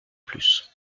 plus